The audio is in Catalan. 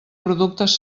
productes